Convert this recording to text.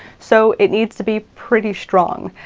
so it needs to be pretty strong.